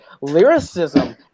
lyricism